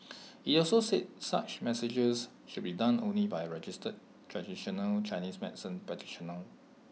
IT also said such massages should be done only by A registered traditional Chinese medicine practitioner